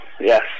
yes